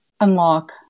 unlock